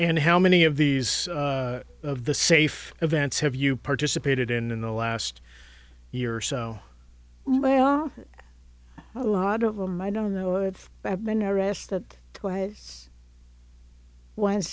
and how many of these of the safe events have you participated in in the last year or so my are a lot of them i don't know if i've been arrested twice once